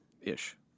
Ish